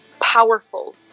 powerful